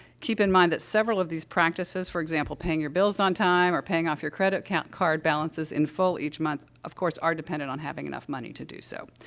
keep in mind that several of these practices for example, paying your bills on time or paying off your credit card balances in full each month, of course, are dependent on having enough money to do so.